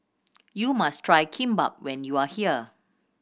you must try Kimbap when you are here